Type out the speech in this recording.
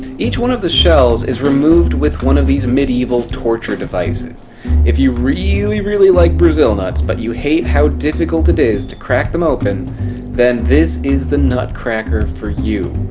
each one of the shelves is removed with one of these medieval torture devices if you really really like brazil nuts but you hate how difficult it is to crack them open then this is the nutcracker for you